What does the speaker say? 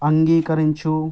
అంగీకరించు